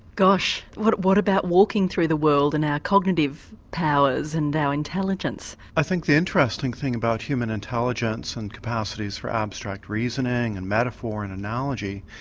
gosh, what what about walking through the world and our cognitive powers and our intelligence? i think the interesting thing about human intelligence and capacities for abstract reasoning, and metaphor and analogy,